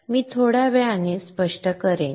मी थोड्या वेळाने स्पष्ट करेन